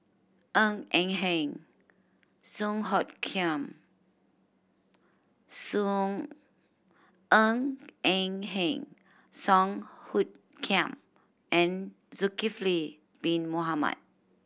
Ng Eng Hen Song Hoot Kiam Song Ng Eng Hen Song Hoot Kiam and Zulkifli Bin Mohamed